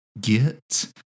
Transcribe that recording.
get